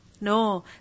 No